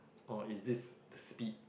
or is this the speed